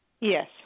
Yes